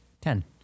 Ten